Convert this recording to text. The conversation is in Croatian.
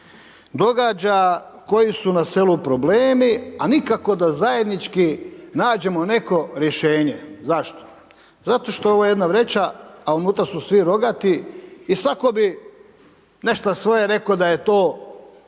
događa, koji su na selu problemi, al nikako da zajednički nađemo neko rješenje. Zašto? Zato što je ovo jedna vreća, a unutra su svi rogati, i svako bi nešto svoje rekao da je to